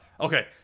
Okay